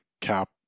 Cap